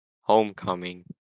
Homecoming